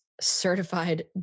certified